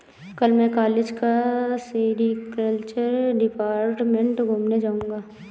कल मैं कॉलेज का सेरीकल्चर डिपार्टमेंट घूमने जाऊंगा